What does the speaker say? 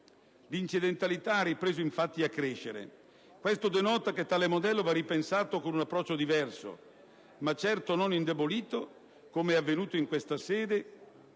l'incidentalità ha ripreso infatti a crescere. Questo denota che tale modello va ripensato con un approccio diverso, ma certo non indebolito, come è avvenuto in questa